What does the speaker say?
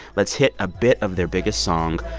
let's hit a bit of their biggest song,